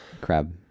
crab